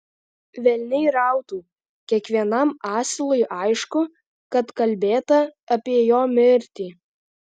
velniai rautų kiekvienam asilui aišku kad kalbėta apie jo mirtį